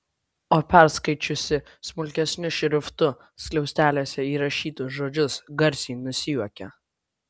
o perskaičiusi smulkesniu šriftu skliausteliuose įrašytus žodžius garsiai nusijuokė